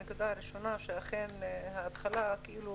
הנקודה הראשון שאכן התחלה כאילו